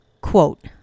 Quote